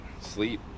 sleep